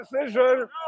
decision